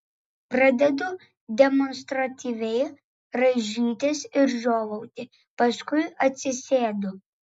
pradedu demonstratyviai rąžytis ir žiovauti paskui atsisėdu